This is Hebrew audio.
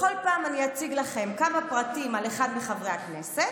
בכל פעם אני אציג לכם כמה פרטים על אחד מחברי הכנסת